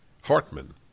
Hartman